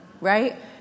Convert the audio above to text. Right